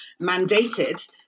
mandated